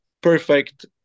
perfect